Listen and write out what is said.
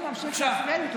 אם הוא ממשיך להפריע לי,